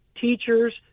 teachers